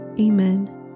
Amen